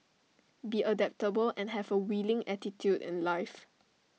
be adaptable and have A willing attitude in life